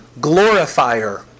glorifier